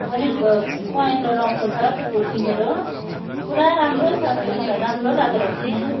अलिक पहेँलो रङको छ त्यो कुर्ती मेरो पुरा राम्रो छ त्यो मलाई राम्रो लागेर किनेँ